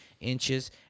inches